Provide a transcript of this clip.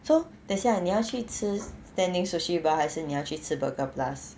so 等一下你要去吃 standing sushi bar 还是你要去吃 burger plus